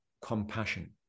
compassion